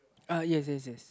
uh yes yes yes